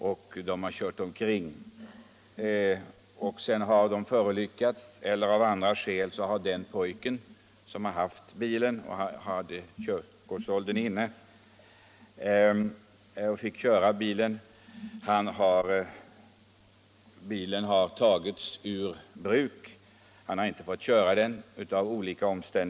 Dessa ungdomar har kört omkring, det har kanske skett en olycka eller den som har haft bilen, som hade körkortsåldern inne, har av annan anledning fått sin bil tagen ur bruk. Han har kanske av något skäl inte fått köra bilen.